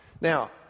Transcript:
Now